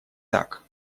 так